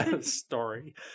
story